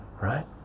right